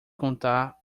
contar